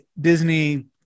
Disney